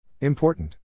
important